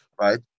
right